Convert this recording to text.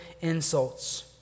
insults